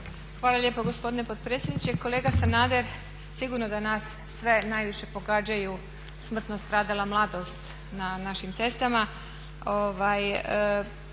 Hvala lijepo. Kolega Sanader sigurno da nas sve najviše pogađaju smrtno stradala mladost na našim cestama